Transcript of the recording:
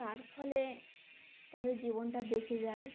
তার ফলে তাদের জীবনটা বেঁচে যায়